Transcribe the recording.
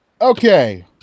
okay